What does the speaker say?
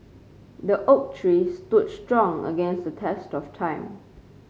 the oak tree stood strong against the test of time